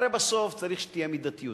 הרי בסוף צריך שתהיה מידתיות.